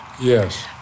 Yes